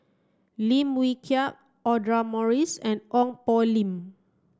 Lim Wee Kiak Audra Morrice and Ong Poh Lim